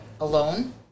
alone